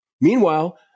Meanwhile